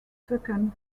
second